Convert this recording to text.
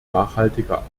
nachhaltiger